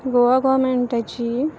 Goa गव्हरमँटाची